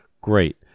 Great